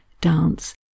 dance